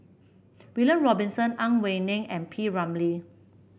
William Robinson Ang Wei Neng and P Ramlee